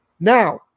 Now